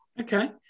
okay